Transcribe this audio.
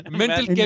mental